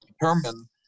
determine